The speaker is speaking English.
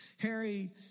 Harry